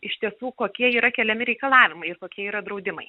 iš tiesų kokie yra keliami reikalavimai ir kokie yra draudimai